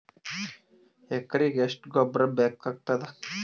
ಎಕರೆಗ ಎಷ್ಟು ಗೊಬ್ಬರ ಬೇಕಾಗತಾದ?